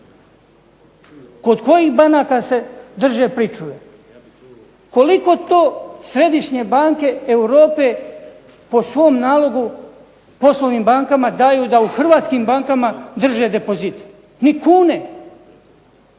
Kod kojih banaka se drže pričuve? Koliko to središnje banke Europe po svom nalogu poslovnim bankama daju da u hrvatskim bankama drže depozit? Ni kune.